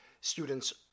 students